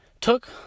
took